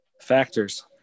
Factors